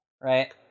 right